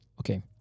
Okay